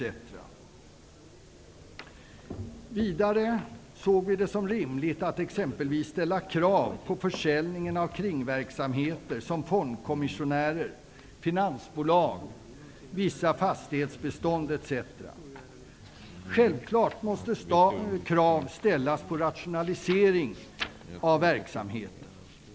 Vidare såg vi det som rimligt att exempelvis ställa krav på försäljningen av kringverksamheter som fondkommissionärer, finansbolag, vissa fastighetsbestånd etc. Självfallet måste staten ställa krav på rationalisering av verksamheten.